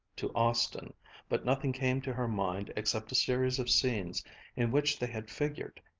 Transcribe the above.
to austin but nothing came to her mind except a series of scenes in which they had figured,